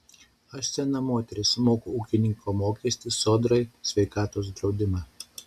aš sena moteris moku ūkininko mokestį sodrai sveikatos draudimą